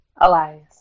Elias